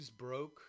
Newsbroke